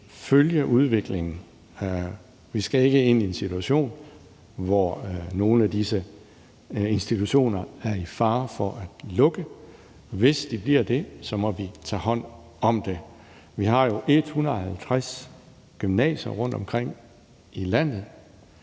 følge udviklingen. Vi skal ikke ind i en situation, hvor nogle af disse institutioner er i fare for at lukke. Hvis det sker, må vi tage hånd om det. Vi har 150 gymnasier rundtomkring i landet.